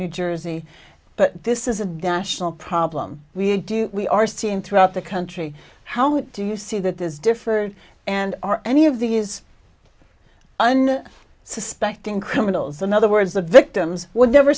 new jersey but this is a national problem we do we are seeing throughout the country how do you see that this differed and are any of the is and suspecting criminals another words the victims would never